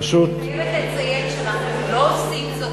פשוט, אני חייבת לציין שאנחנו לא עושים זאת